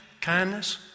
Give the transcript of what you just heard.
kindness